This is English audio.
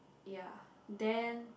ya then